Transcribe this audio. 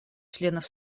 членов